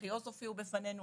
אחיעוז הופיעו בפנינו,